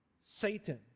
Satan